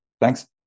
Thanks